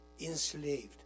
enslaved